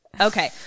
Okay